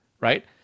right